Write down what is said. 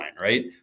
right